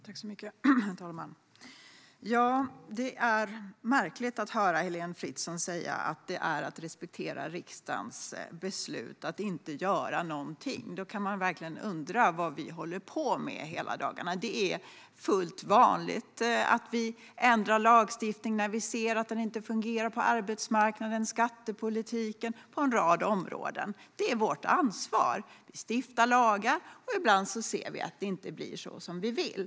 Herr talman! Det är märkligt att höra Heléne Fritzon säga att det är att respektera riksdagens beslut att inte göra någonting. Då kan man verkligen undra vad vi håller på med hela dagarna. Det är mycket vanligt att vi ändrar lagstiftningen när vi ser att den inte fungerar. Det kan gälla arbetsmarknadspolitiken, skattepolitiken och en rad andra områden. Det är vårt ansvar att stifta lagar. Ibland ser vi att det inte blir så som vi vill.